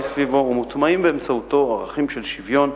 סביבו ומוטמעים באמצעותו ערכים של שוויון,